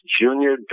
Junior